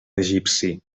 egipci